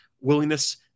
willingness